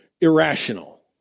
irrational